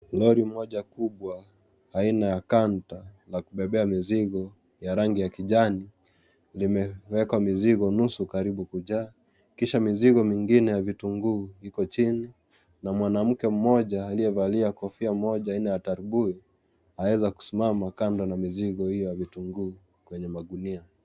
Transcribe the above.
Gari moja kubwa aina ya kanta ya kubebea mzigo ya rangi ya kijani limeekwa mzigo nusu karibu kujaa kisha mizigo mingine ya vitunguu iko chini na mwanamke mmoja aliyevalia kofia moja aina tarbui aweza kusimama kando na mizigo hiyo ya vitunguu kwenye magunia .